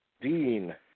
Dean